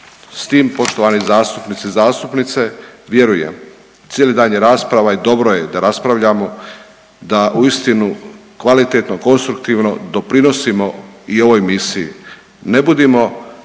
S tim poštovani zastupnici i zastupnice vjerujem cijeli dan je rasprava i dobro je da raspravljamo da uistinu kvalitetno, konstruktivno doprinosimo i ovoj misiji. Ne budimo